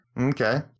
Okay